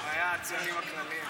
הוא היה הציונים הכלליים.